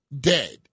dead